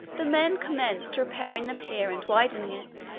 the men commenced repairing the pier and widening it,